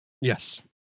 yes